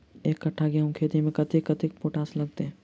एक कट्ठा गेंहूँ खेती मे कतेक कतेक पोटाश लागतै?